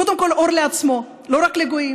קודם כול, אור לעצמו, לא רק לגויים.